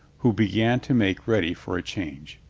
who began to make ready for a change.